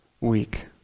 week